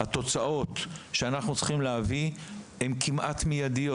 התוצאות שאנחנו צריכים להביא הן כמעט מיידיות.